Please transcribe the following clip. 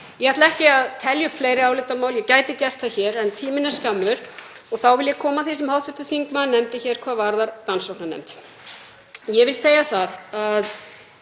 Ég ætla ekki að telja upp fleiri álitamál, ég gæti gert það hér en tíminn er skammur. Þá vil ég koma að því sem hv. þingmaður nefndi hér hvað varðar rannsóknarnefnd. Ég vil segja það að